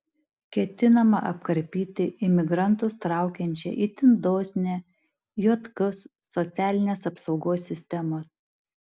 ketinama apkarpyti imigrantus traukiančią itin dosnią jk socialinės apsaugos sistemą